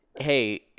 hey –